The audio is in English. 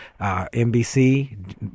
NBC